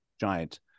giant